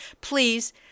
please